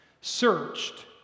searched